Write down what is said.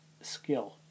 skill